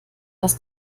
dass